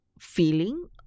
feeling